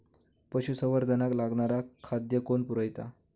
पशुसंवर्धनाक लागणारा खादय कोण पुरयता?